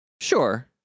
sure